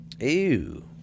Ew